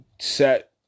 set